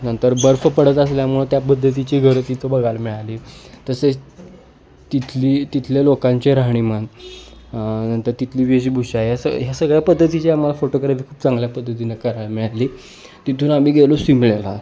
नंतर बर्फ पडत असल्यामुळं त्या पद्धतीची घरं तिथं बघायला मिळाली तसेच तिथली तिथल्या लोकांचे राहणीमान नंतर तिथली वेशभूषा या स ह्या सगळ्या पद्धतीची आम्हाला फोटोग्राफी खूप चांगल्या पद्धतीनं करायला मिळाली तिथून आम्ही गेलो शिमल्याला